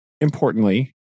importantly